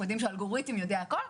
אנחנו נודעים שהאלגוריתם יודע הכול.